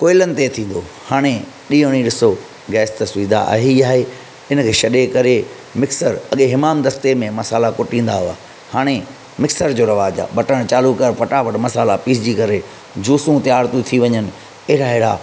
कोयलनि ते थींदो हाणे ॾींहो ॾींहुं ॾिसो गैस त सुविधा आहे ई आहे इन खे छॾे करे मिक्सर अॻे इमाम दस्ते में मसाला कुटींदा हुआ हाणे मिक्सर जो रिवाज़ आहे बटणु चालू कर फ़टाफ़टि मसाला पिसजी करे जुसूं तैयार थी वञनि अहिड़ा अहिड़ा